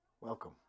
Welcome